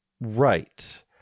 Right